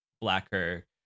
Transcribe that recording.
blacker